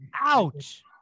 Ouch